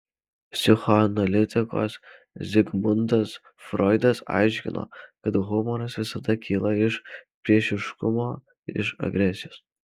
psichoanalitikas zigmundas froidas aiškino kad humoras visada kyla iš priešiškumo iš agresijos